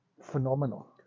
Phenomenal